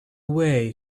way